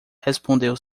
respondeu